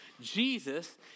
Jesus